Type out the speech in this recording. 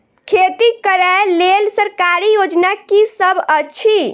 खेती करै लेल सरकारी योजना की सब अछि?